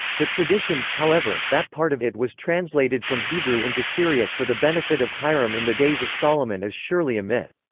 the tradition, however, that part of it was translated from hebrew into syriac for the benefit of hiram in the days of solomon is surely a myth.